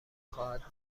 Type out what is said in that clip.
خواهد